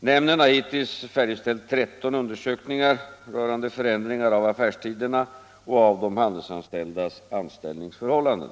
Nämnden har hittills färdigställt 13 undersökningar rörande förändringar av affärstiderna och av de handelsanställdas anställningsförhållanden.